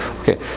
Okay